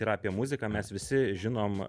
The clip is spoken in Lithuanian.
tai yra apie muziką mes visi žinom